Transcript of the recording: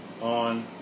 on